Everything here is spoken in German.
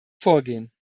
vorgehen